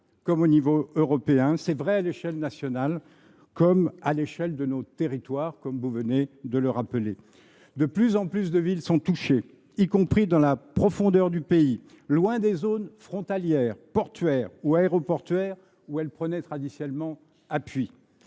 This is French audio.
comme au niveau européen, à l’échelle du pays comme à celle de nos territoires, ainsi que vous venez de le rappeler. De plus en plus de villes sont touchées, y compris dans la profondeur du pays, loin des zones frontalières, portuaires ou aéroportuaires où cette criminalité prenait traditionnellement appui.